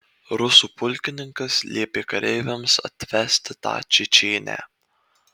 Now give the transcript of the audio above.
rusų pulkininkas liepė kareiviams atvesti tą čečėnę